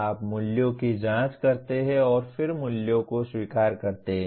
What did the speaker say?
आप मूल्यों की जांच करते हैं और फिर मूल्यों को स्वीकार करते हैं